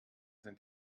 sind